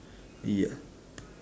ya